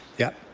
yeah,